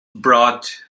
brought